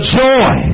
joy